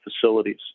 facilities